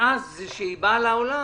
מאז שהיא באה לעולם,